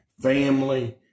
family